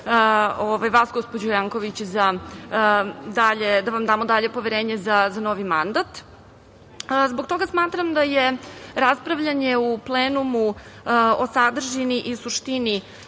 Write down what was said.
vas, gospođo Janković, da vam damo dalje poverenje za novi mandat. Zbog toga smatram da je raspravljanje u plenumu o sadržini i suštini